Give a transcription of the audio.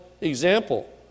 example